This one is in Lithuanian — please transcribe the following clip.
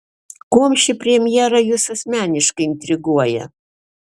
kuom ši premjera jus asmeniškai intriguoja